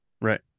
Right